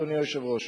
אדוני היושב-ראש.